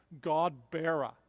God-bearer